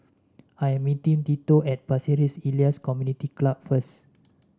I am meeting Tito at Pasir Ris Elias Community Club first